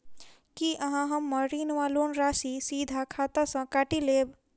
की अहाँ हम्मर ऋण वा लोन राशि सीधा खाता सँ काटि लेबऽ?